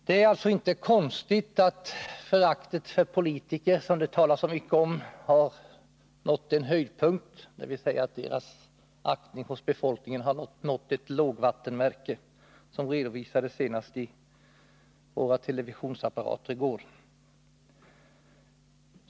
Det är alltså inte konstigt att föraktet för politiker, som det talats så mycket om, har nått en höjdpunkt — dvs. att befolkningens aktning för politiker har nått ett lågvattenmärke. Det redovisades senast i våra televisionsapparater i går.